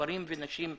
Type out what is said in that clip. גברים ונשים כאחד.